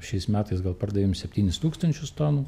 šiais metais gal pardavėm septynis tūkstančius tonų